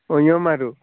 অনিয়ম মাৰটো